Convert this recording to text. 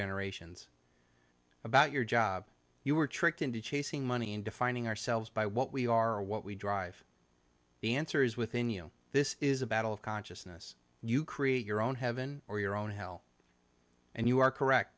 generations about your job you were tricked into chasing money and defining ourselves by what we are or what we drive the answer is within you this is a battle of consciousness you create your own heaven or your own hell and you are correct